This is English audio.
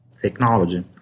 technology